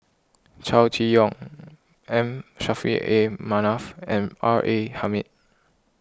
Chow Chee Yong M Saffri A Manaf and R A Hamid